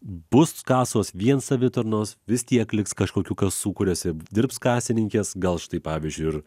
bus kasos vien savitarnos vis tiek liks kažkokių kasų kuriose dirbs kasininkės gal štai pavyzdžiui ir